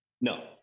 No